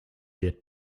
yet